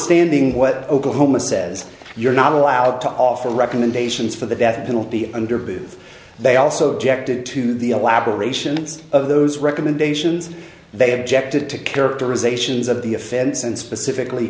standing what oklahoma says you're not allowed to offer recommendations for the death penalty under booth they also directed to the abberations of those recommendations they objected to characterizations of the offense and specifically